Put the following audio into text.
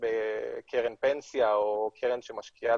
קרן פנסיה או קרן שמשקיעה